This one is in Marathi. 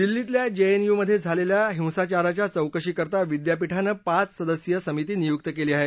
दिल्लीतल्या जेएनयूमधे झालेल्या हिंसाचाराच्या चौकशीकरता विद्यापीठानं पाच सदस्यीय समिती नियुक्त केली आहे